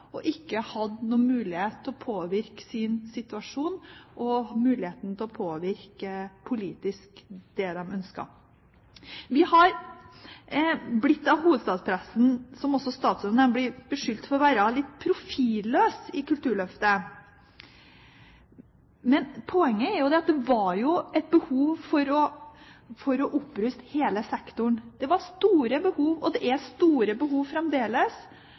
og ikke hadde noen mulighet til å påvirke sin situasjon og mulighet til å påvirke politisk det de ønsket. Vi har blitt beskyldt av hovedstadspressen, som også statsråden nevnte, for å være litt profilløse i Kulturløftet. Men poenget er at det var et behov for å oppruste hele sektoren. Det var store behov, og det er store behov fremdeles.